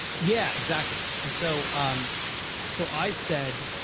yeah exactly and so i'm so i said